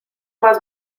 más